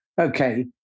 Okay